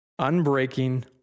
unbreaking